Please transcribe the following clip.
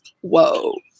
whoa